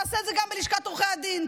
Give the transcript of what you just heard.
תעשה את זה גם בלשכת עורכי הדין.